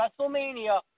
WrestleMania